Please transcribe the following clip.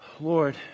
Lord